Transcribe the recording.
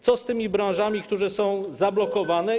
Co z branżami, które są zablokowane?